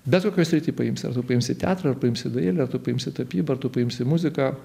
bet kokioj srity paimsi ar tu paimsi teatrą ar paimsi dailę ar tu paimsi tapybą ar tu paimsi muziką